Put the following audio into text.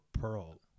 pearl—